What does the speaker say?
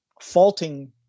faulting